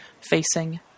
facing